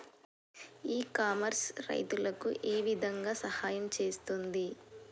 ఇ commerce రైతులకు ఏ విధంగా సహాయం చేస్తుంది?